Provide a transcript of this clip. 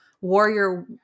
warrior